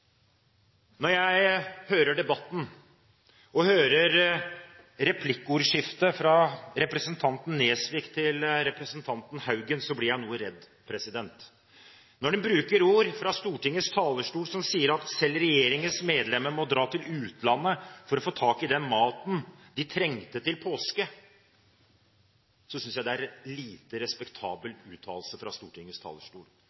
Når jeg hører debatten og hører replikkordskiftet mellom representanten Nesvik og representanten Haugen, blir jeg noe redd. Når en fra Stortingets talerstol sier at selv regjeringens medlemmer må dra til utlandet for å få tak i den maten de trenger til påske, synes jeg det er en lite respektabel uttalelse fra Stortingets talerstol